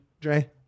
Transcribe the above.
dre